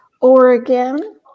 Oregon